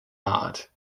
art